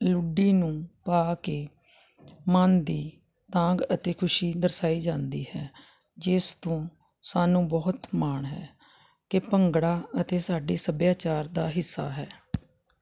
ਲੁੱਡੀ ਨੂੂੰ ਪਾ ਕੇ ਮਨ ਦੀ ਤਾਂਘ ਅਤੇ ਖੁਸ਼ੀ ਦਰਸਾਈ ਜਾਂਦੀ ਹੈ ਜਿਸ ਤੋਂ ਸਾਨੂੰ ਬਹੁਤ ਮਾਣ ਹੈ ਕਿ ਭੰਗੜਾ ਅਤੇ ਸਾਡੇ ਸੱਭਿਆਚਾਰ ਦਾ ਹਿੱਸਾ ਹੈ